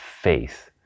faith